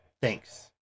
Thanks